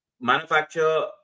manufacture